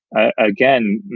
again,